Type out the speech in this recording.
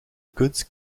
goods